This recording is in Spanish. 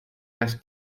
las